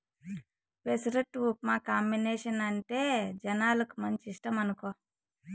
పెసరట్టు ఉప్మా కాంబినేసనంటే జనాలకు మంచి ఇష్టమనుకో